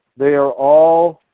they are all